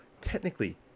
technically